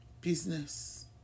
Business